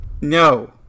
No